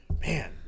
man